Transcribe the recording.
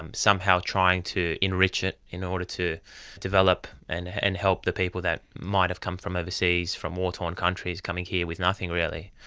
um somehow trying to enrich it in order to develop and and help the people that might have come from overseas, from war-torn countries coming here with nothing really.